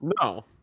No